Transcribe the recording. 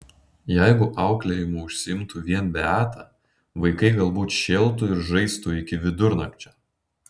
jeigu auklėjimu užsiimtų vien beata vaikai galbūt šėltų ir žaistų iki vidurnakčio